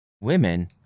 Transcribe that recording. women